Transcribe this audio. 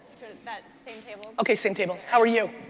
that same table. okay, same table. how are you?